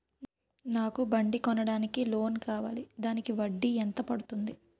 నాకు బండి కొనడానికి లోన్ కావాలిదానికి వడ్డీ ఎంత పడుతుంది?